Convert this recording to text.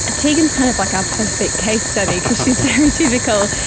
ah tegan is kind of like our perfect case study because she is very typical.